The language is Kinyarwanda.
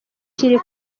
kiri